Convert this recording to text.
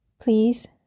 Please